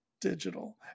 digital